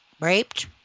raped